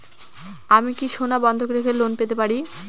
আমি কি সোনা বন্ধক রেখে লোন পেতে পারি?